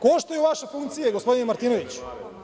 Koštaju vaše funkcije gospodine Martinoviću.